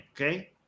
okay